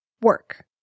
work